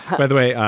by the way,